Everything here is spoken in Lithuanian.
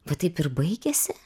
va taip ir baigėsi